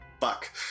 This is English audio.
Fuck